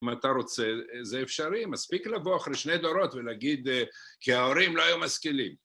אם אתה רוצה, זה אפשרי, מספיק לבוא אחרי שני דורות ולהגיד כי ההורים לא היו משכילים.